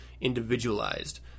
individualized